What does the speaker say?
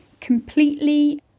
completely